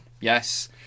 yes